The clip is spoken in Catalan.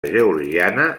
georgiana